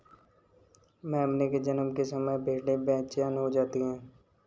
मेमने के जन्म के समय भेड़ें बेचैन हो जाती हैं